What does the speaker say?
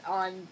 on